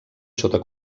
sota